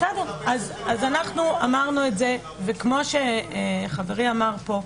כמו שחברי אמר פה,